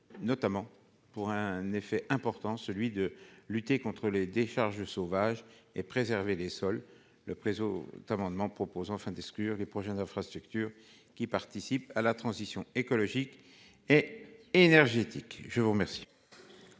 notamment pour un effet important, celui de lutter contres les décharges sauvages et préserver les sols le autre d'amendement proposant enfin des. Les projets d'infrastructure qui participe à la transition écologique et énergétique. Je vous remercie.